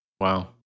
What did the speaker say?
wow